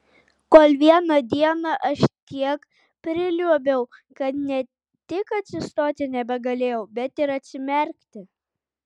kol vieną dieną aš tiek priliuobiau kad ne tik atsistoti nebegalėjau bet ir atsimerkti